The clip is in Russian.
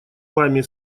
вами